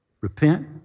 repent